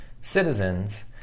citizens